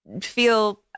feel